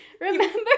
Remember